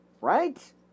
right